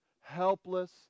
helpless